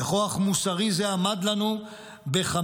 וכוח מוסרי זה עמד לנו בחמשת,